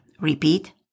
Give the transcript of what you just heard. Repeat